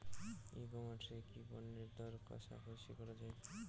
ই commerce এ কি পণ্যের দর কশাকশি করা য়ায়?